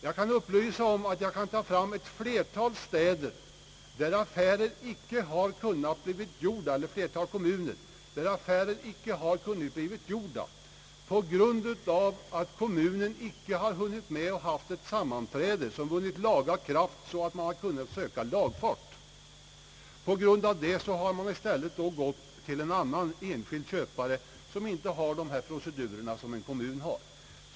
Jag kan ta fram ett flertal kommuner, där affärer inte har hunnit slutföras på grund av att kommunen inte har hunnit hålla ett sammanträde, som vunnit laga kraft, så att man kunnat söka lagfart före mitten av oktober. Man har i stället gått till en enskild markägare, som inte har att iaktta de procedurer som kommunerna har.